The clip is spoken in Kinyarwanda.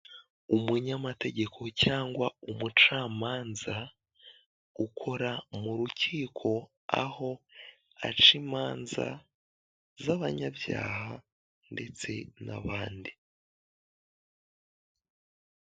Umunyamategeko cyangwa umucamanza ukora mu rukiko aho aca imanza z'abanyabyaha ndetse n'abandi.